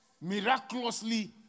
miraculously